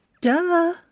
Duh